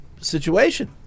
situation